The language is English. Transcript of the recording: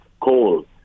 coal